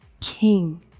king